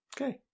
okay